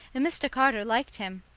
and mr. carter liked him.